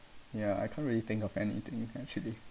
ya I can't really think of anything can't actually